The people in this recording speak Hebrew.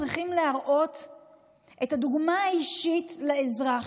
צריכים להראות את הדוגמה האישית לאזרח,